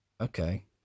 Okay